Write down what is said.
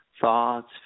thoughts